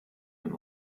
eine